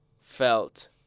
felt